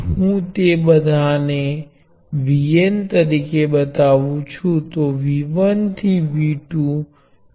હવે આ બધા પ્રારંભિક પરિણામો છે જેના પર હું ભાર મૂકવા માંગતો હતો